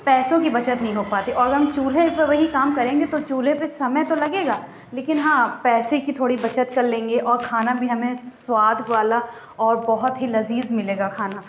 پیسوں کی بچت نہیں ہو پاتی اور اگر ہم چولہے پر وہی کام کریں گے تو چولہے پہ سمئے تو لگے گا لیکن ہاں پیسے کی تھوڑی بچت کر لیں گے اور کھانا بھی ہمیں سواد والا اور بہت ہی لذیذ ملے گا کھانا